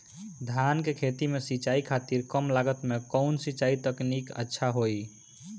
धान के खेती में सिंचाई खातिर कम लागत में कउन सिंचाई तकनीक अच्छा होई?